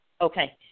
Okay